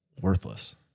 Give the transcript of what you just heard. worthless